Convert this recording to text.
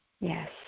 Yes